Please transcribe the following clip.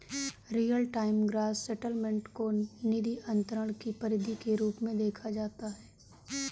real time gross settlement को निधि अंतरण की पद्धति के रूप में देखा जाता है